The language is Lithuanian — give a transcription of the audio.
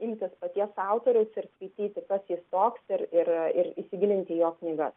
imtis paties autoriaus ir skaityti kas jis toks ir ir įsigilinti į jo knygas